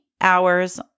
hours